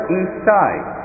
inside